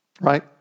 Right